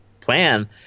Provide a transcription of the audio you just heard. plan